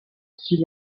six